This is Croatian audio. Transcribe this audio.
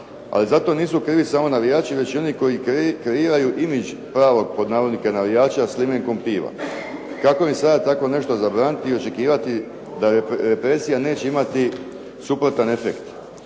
Ali zato nisu krivi samo navijači već i oni koji kreiraju imidž pravog pod navodnike navijača, s limenkom piva. Kako bi sada tako nešto zabraniti i očekivati da represija neće imati suprotan efekt.